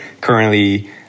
currently